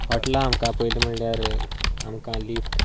होटेला आमकां पयलीं म्हणल्यार आमकां लिफ्ट